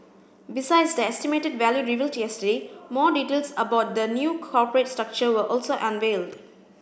besides the estimated value revealed yesterday more details about the new corporate structure were also unveiled